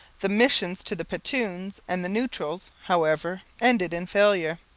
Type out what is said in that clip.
the missions to the petuns and the neutrals, however, ended in failure.